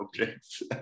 objects